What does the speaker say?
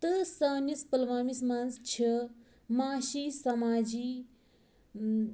تہٕ سٲنِس پُلوٲمِس منٛز چھِ معاشی سماجی